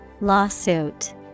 Lawsuit